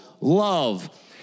love